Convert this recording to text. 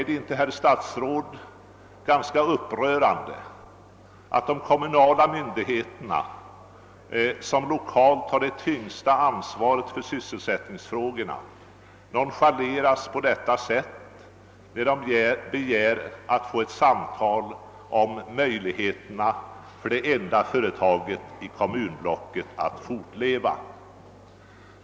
de att de kommunala myndigheterna, som lokalt har det tyngsta ansvaret för sysselsättningen, nonchaleras på detta sätt när de begär att få ett samtal om möjligheterna för det enda företaget i kommunblocket att fortleva.